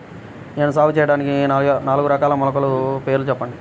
నేను సాగు చేయటానికి నాలుగు రకాల మొలకల పేర్లు చెప్పండి?